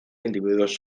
individuos